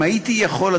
אם הייתי יכול,